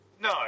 no